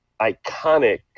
iconic